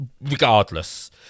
regardless